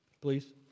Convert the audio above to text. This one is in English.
please